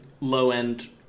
low-end